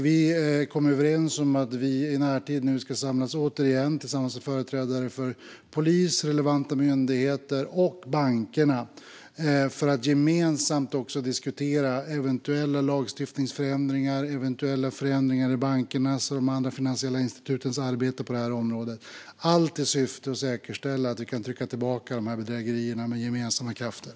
Vi kom överens om att vi i närtid ska samlas igen tillsammans med företrädare för polis, relevanta myndigheter och bankerna för att gemensamt diskutera eventuella lagstiftningsförändringar och eventuella förändringar i bankernas och de andra finansiella institutens arbete på detta område, allt i syfte att säkerställa att vi kan trycka tillbaka dessa bedrägerier med gemensamma krafter.